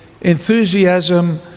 enthusiasm